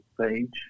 page